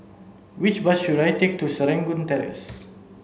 which bus should I take to Serangoon Terrace